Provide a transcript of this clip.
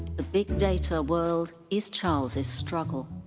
the big data world is charles's struggle.